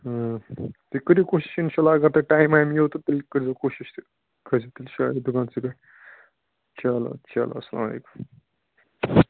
تُہۍ کٔرِو کوٗشِش اِنشاء اللہ اگر تۄہہِ ٹایم وایِم یِیو تہٕ تیٚلہِ کٔرۍزیو کوٗشِش تہٕ دُکانسٕے پٮ۪ٹھ چلو چلو اَسلامُ علیکُم